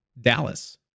Dallas